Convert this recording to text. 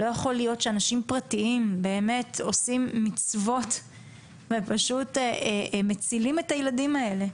לא יכול להיות שאנשים פרטיים עושים מצוות ופשוט מצילים את הילדים האלה,